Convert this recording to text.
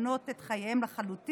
לשנות את חייהן לחלוטין,